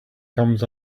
comes